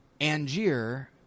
Angier